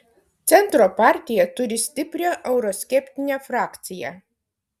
centro partija turi stiprią euroskeptinę frakciją